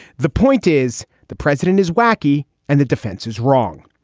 the point is the president is wacky and the defense is wrong.